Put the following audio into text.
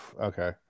okay